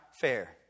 fair